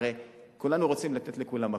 הרי כולנו רוצים לתת לכולם הכול,